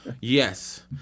Yes